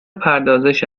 پردازش